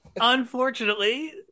unfortunately